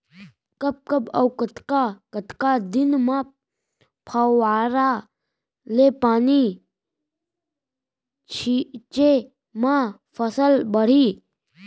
कब कब अऊ कतका कतका दिन म फव्वारा ले पानी छिंचे म फसल बाड़ही?